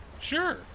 Sure